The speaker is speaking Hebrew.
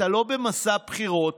אתה לא במסע בחירות.